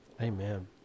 amen